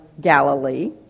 Galilee